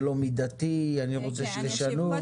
זה לא מידתי, אני רוצה שישנו?